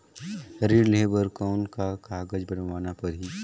ऋण लेहे बर कौन का कागज बनवाना परही?